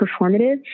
performative